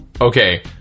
Okay